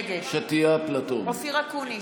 נגד אופיר אקוניס,